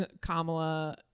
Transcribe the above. Kamala